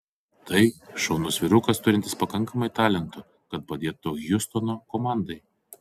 tai šaunus vyrukas turintis pakankamai talento kad padėtų hjustono komandai